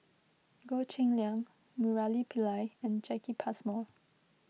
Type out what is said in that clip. Goh Cheng Liang Murali Pillai and Jacki Passmore